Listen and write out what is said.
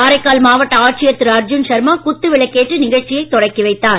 காரைக்கால் மாவட்ட ஆட்சியர் திரு அர்ஜுன் சர்மா குத்து விளக்கு ஏற்றி நிகழ்ச்சியைத் தொடக்கி வைத்தார்